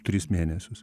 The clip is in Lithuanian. tris mėnesius